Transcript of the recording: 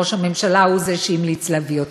וראש הממשלה הוא שהמליץ להביא אותו.